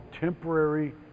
temporary